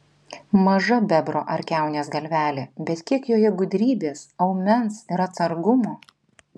maža bebro ar kiaunės galvelė bet kiek joje gudrybės aumens ir atsargumo